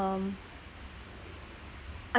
um I